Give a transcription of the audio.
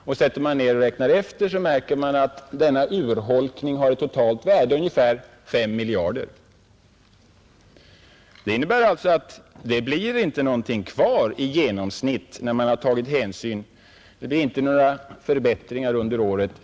Sätter man sig ned och räknar efter märker man att denna urholkning har ett totalt värde av ungefär 5 miljarder. Det innebär alltså att det för den genomsnittlige inkomsttagaren inte blir några förbättringar under året.